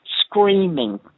screaming